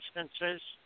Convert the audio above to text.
instances